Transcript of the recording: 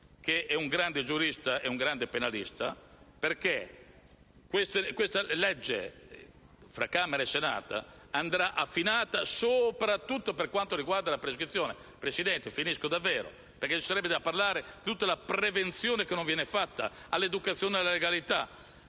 che è un grande giurista e un grande penalista, perché questa legge tra Camera e Senato dovrà essere affinata soprattutto per quanto riguarda la prescrizione. Signor Presidente, termino davvero, ma ci sarebbe da parlare di tutta la prevenzione che non viene fatta, come l'educazione alla legalità.